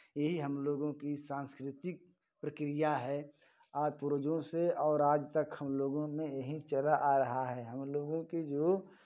यही हमलोगों की सांस्कृतिक प्रक्रिया है और पूर्वजों से और आजतक हमलोगों में यही चला आ रहा है हमलोगों की जो